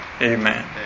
Amen